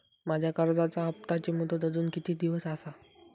माझ्या कर्जाचा हप्ताची मुदत अजून किती दिवस असा?